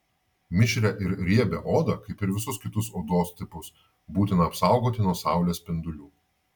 mišrią ir riebią odą kaip ir visus kitus odos tipus būtina apsaugoti nuo saulės spindulių